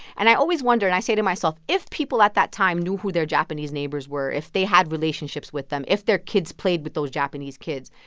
and i always wonder. and i say to myself, if people at that time knew who their japanese neighbors were, if they had relationships with them, if their kids played with those japanese kids,